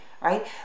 right